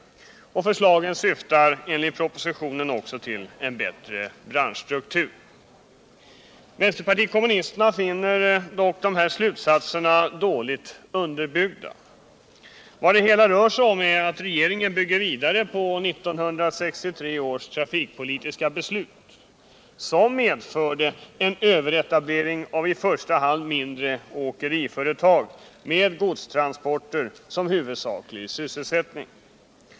Förslagen syftar, enligt propositionen, också till en bättre branschstruktur. Vänsterpartiet kommunisterna finner dock att dessa slutsatser är dåligt underbyggda. Vad det hela rör sig om är att regeringen bygger vidare på 1963 års trafikpolitiska beslut, som medförde en överetablering av i första hand mindre åkeriföretag med godstransporter som huvudsaklig sysselsättning.